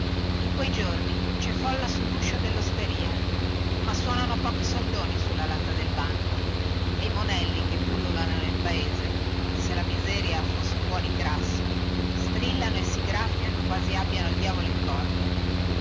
in quei giorni cè folla sulluscio dellosteria ma suonano pochi soldoni sulla latta del banco e i monelli che pullulano nel paese come se la miseria fosse un buon ingrasso strillano e si graffiano quasi abbiano il diavolo in corpo